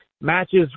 matches